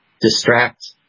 distract